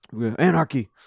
Anarchy